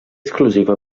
exclusiva